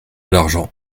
l’argent